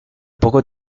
poco